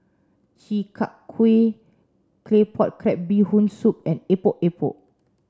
Chi Kak Kuih Claypot Crab Bee Hoon Soup and Epok Epok